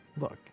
Look